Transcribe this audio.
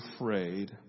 afraid